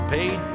Paid